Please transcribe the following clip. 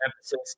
emphasis